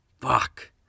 Fuck